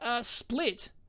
split